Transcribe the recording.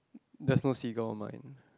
there's no seagull on mine